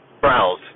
browse